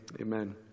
Amen